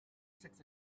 six